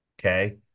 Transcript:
Okay